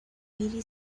eighty